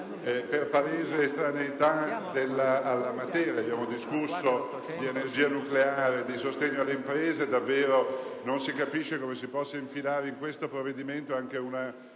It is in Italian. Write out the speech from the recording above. una palese estraneità alla materia: abbiamo discusso di energia nucleare e di sostegno alle imprese e davvero non si capisce come si possa infilare in questo provvedimento anche una